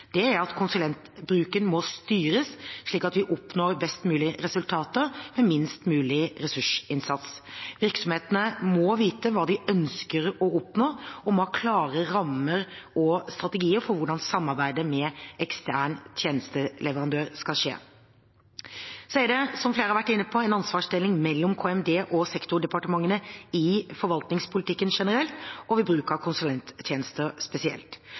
er at konsulentbruken må styres, slik at vi oppnår best mulig resultater med minst mulig ressursinnsats. Virksomhetene må vite hva de ønsker å oppnå, og må ha klare rammer og strategier for hvordan samarbeidet med ekstern tjenesteleverandør skal skje. Det er også, som flere har vært inne på, en ansvarsdeling mellom KMD og sektordepartementene i forvaltningspolitikken generelt, og ved bruk av konsulenttjenester spesielt.